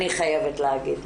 אני חייבת להגיד.